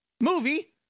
movie